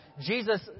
Jesus